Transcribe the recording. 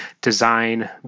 design